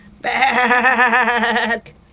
back